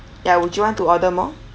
ya would you want to order more